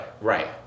right